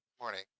morning